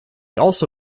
also